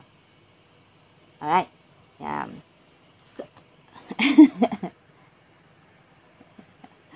alright yeah so